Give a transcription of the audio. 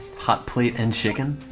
hot plate and chicken